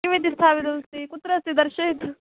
किमिति स्थापितमस्ति कुत्र अस्ति दर्शयतु